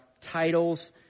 titles